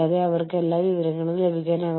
നിങ്ങൾ ഒരുമിച്ച് എന്തെങ്കിലും ചെയുന്നു